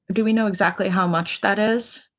do we know exactly how much that is?